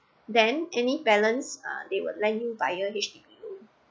then any balance uh they will lend you via H_D_B loan